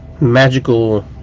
magical